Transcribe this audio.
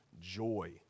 joy